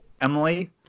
Emily